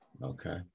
Okay